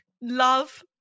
love